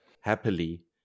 happily